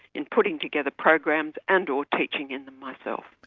in putting together programs and or teaching in them myself.